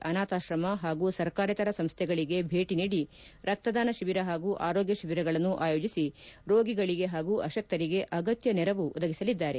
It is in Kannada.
ಅನಾಥಾಕ್ರಮ ಹಾಗೂ ಸರ್ಕಾರೇತರ ಸಂಸ್ಥೆಗಳಿಗೆ ಭೇಟಿ ನೀಡಿ ರಕ್ತದಾನ ಶಿಬಿರ ಹಾಗೂ ಆರೋಗ್ಯ ಶಿಬಿರಗಳನ್ನು ಆಯೋಜಿಸಿ ರೋಗಿಗಳಿಗೆ ಹಾಗೂ ಅಶಕ್ತರಿಗೆ ಅಗತ್ಯ ನೆರವು ಒದಗಿಸಲಿದ್ದಾರೆ